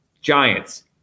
Giants